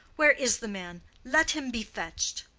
where is the man? let him be fetched.